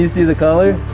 the the color